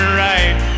right